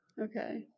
okay